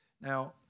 Now